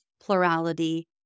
plurality